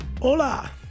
Hola